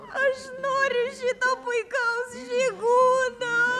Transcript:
aš noriu šito puikaus žygūno